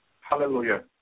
Hallelujah